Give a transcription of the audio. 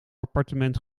appartement